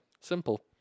simple